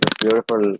Beautiful